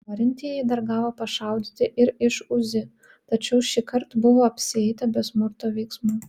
norintieji dar gavo pašaudyti ir iš uzi tačiau šįkart buvo apsieita be smurto veiksmų